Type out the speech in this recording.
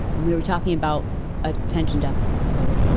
we were talking about attention deficit disorder.